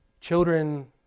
Children